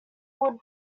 would